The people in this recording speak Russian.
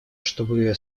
чтобы